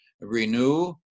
renew